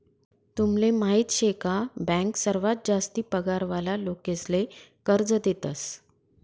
तुमले माहीत शे का बँक सर्वात जास्ती पगार वाला लोकेसले कर्ज देतस